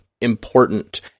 important